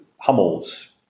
Hummel's